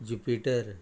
jupiter